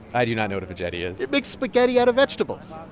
i do not know what a veggetti is it makes spaghetti out of vegetables.